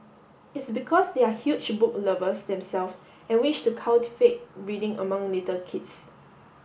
it's because they are huge book lovers themself and wish to cultivate reading among little kids